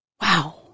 Wow